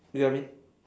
you get what I mean